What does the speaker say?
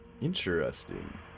Interesting